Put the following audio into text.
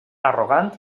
arrogant